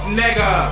nigga